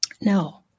No